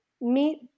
meet